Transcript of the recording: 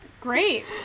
Great